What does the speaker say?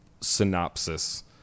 synopsis